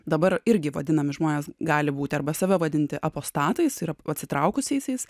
dabar irgi vadinami žmonės gali būti arba save vadinti apostatais ir atsitraukusiais